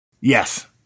Yes